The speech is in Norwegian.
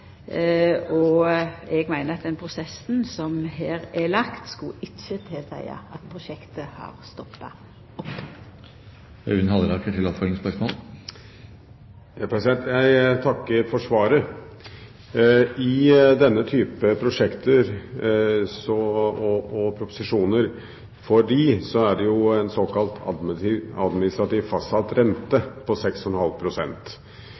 meiner at den prosessen som her er lagt, ikkje tilseier at prosjektet har stoppa opp. Jeg takker for svaret. I denne type prosjekter – og proposisjoner til disse – er det en såkalt administrativ fastsatt rente på 6,5 pst. E39 sør for Bergen er et stort prosjekt. Vi snakker antagelig om lån på over 2 milliarder kr, og